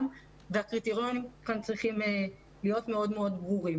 והקריטריונים כאן צריכים להיות מאוד-מאוד ברורים